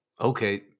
Okay